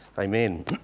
Amen